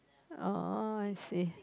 oh I see